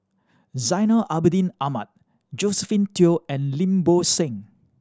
Zainal Abidin Ahmad Josephine Teo and Lim Bo Seng